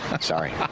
Sorry